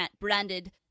branded